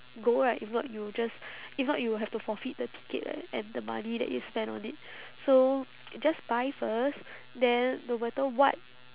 go right if not you will just if not you will have to forfeit the ticket leh and the money that you spent on it so just buy first then no matter what